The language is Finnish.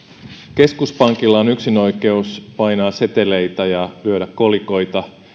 keskuspankilla on yksinoikeus painaa seteleitä ja lyödä kolikoita